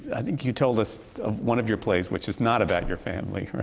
i think you told us of one of your plays, which is not about your family.